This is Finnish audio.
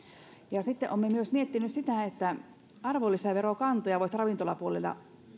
sitten olemme myös miettineet sitä että arvonlisäverokantoja voisi ravintolapuolella